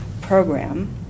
program